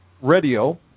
Radio